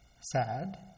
Sad